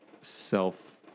Self